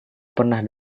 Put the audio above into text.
pernah